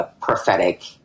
prophetic